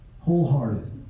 wholehearted